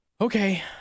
Okay